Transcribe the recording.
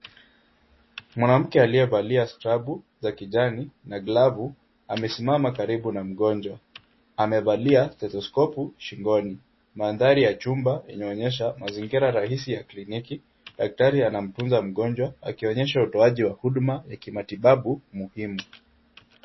Mwanamke aliyevalia skrabu za kijani na glavu za kijani amesimama karibu na mgonjwa. Amevalia stethoskopu shingoni. Mandhari ya jumba inaonyesha mazingira rahisi ya kliniki. Daktari anamtunza mgonjwa akionyesha utoaji wa huduma ya kimatibabu muhimu.